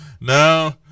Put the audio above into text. no